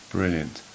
Brilliant